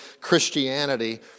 Christianity